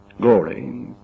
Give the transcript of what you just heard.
glory